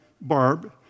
Barb